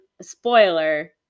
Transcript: Spoiler